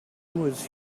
was